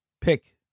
pick